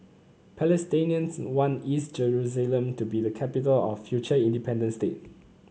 Palestinians want East Jerusalem to be the capital of a future independent state